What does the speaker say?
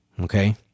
okay